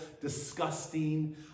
disgusting